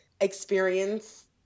experience